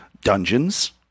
dungeons